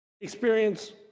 experience